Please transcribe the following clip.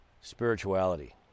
spirituality